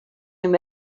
him